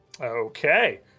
Okay